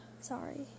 Sorry